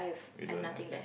you don't have that